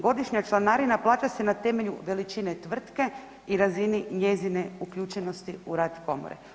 Godišnja članarina plaća se na temelju veličine tvrtke i razine njezine uključenosti u rad komore.